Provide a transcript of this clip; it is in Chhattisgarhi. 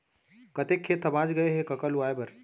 कतेक खेत ह बॉंच गय हे कका लुवाए बर?